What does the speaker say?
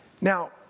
Now